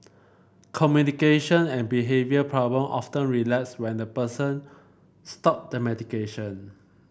communication and behavioural problem often relapse when the person stop the medication